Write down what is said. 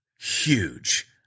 huge